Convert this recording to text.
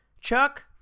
Chuck